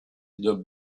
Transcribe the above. the